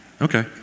Okay